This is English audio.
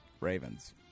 Ravens